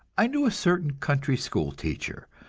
i knew a certain country school teacher,